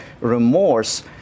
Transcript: remorse